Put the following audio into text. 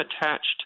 attached